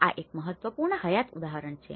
આ એક મહત્વપૂર્ણ હયાત ઉદાહરણ છે